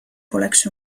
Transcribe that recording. poleks